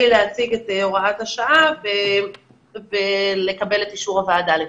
להציג את הוראת השעה ולקבל את אישור הוועדה לכך.